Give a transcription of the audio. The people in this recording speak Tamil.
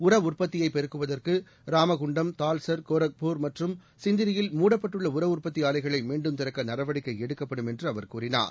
உர உற்பத்தியை பெருக்குவதற்கு ராமகுண்டம் தால்செர் கோராக்பூர் மற்றும் சிந்திரியில் மூடப்பட்டுள்ள உர உற்பத்தி ஆலைகளை மீண்டும் திறக்க நடவடிக்கை எடுக்கப்படும் என்று அவர் கூறினார்